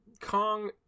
Kong